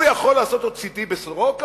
הוא יכול לעשות עוד CT ב"סורוקה"?